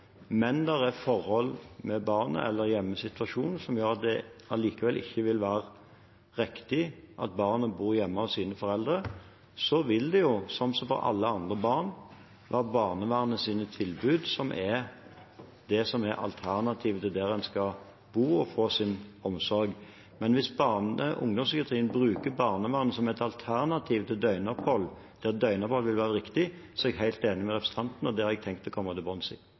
men det er forhold med barnet eller hjemmesituasjonen som gjør at det likevel ikke vil være riktig at barnet bor hjemme hos sine foreldre. Da vil det, slik det er for alle andre barn, være barnevernets tilbud som er alternativet, da er det der en skal bo og få sin omsorg. Men hvis barne- og ungdomspsykiatrien bruker barnevernet som et alternativ til døgnopphold, der døgnopphold vil være riktig, er jeg helt enig med representanten, og det har jeg tenkt å komme til bunns i.